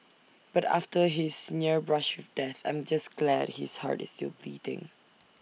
but after his near brush with death I'm just glad his heart is still beating